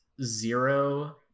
zero